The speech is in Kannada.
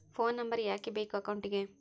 ಫೋನ್ ನಂಬರ್ ಯಾಕೆ ಬೇಕು ಅಕೌಂಟಿಗೆ?